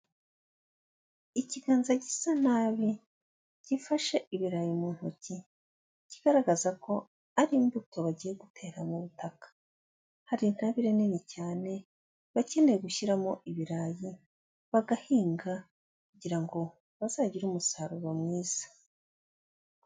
Ikiganza gisa nabi, gifashe ibirayi mu ntoki, kigaragaza ko ari imbuto bagiye gutera mu butaka, hari intabire nini cyane, bakeneye gushyiramo ibirayi, bagahinga kugira ngo bazagire umusaruro mwiza.